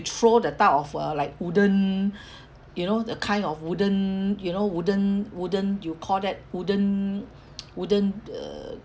throw the type of uh like wooden you know a kind of wooden you know wooden wooden you call that wooden wooden uh